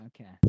Okay